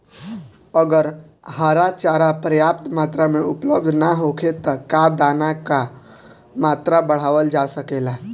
अगर हरा चारा पर्याप्त मात्रा में उपलब्ध ना होखे त का दाना क मात्रा बढ़ावल जा सकेला?